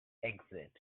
exit